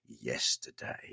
yesterday